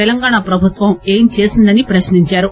తెలంగాణా ప్రభుత్వం ఏం చేసిందని ప్రశ్నించారు